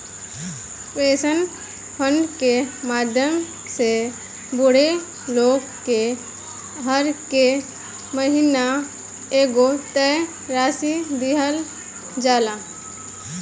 pension fund के माध्यम से बूढ़ लोग के हरेक महीना एगो तय राशि दीहल जाला